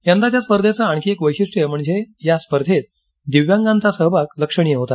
यदाच्या स्पर्धेचं आणखी एक वैशिष्ट्य म्हणजे या स्पर्धेत दिव्यांगांचा सहभाग लक्षणीय होता